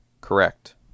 Correct